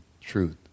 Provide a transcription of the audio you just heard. truth